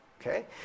okay